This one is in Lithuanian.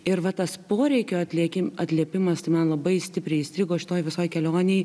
ir va tas poreikio atlieki atliepimas tai man labai stipriai įstrigo šitoje visoje kelionėj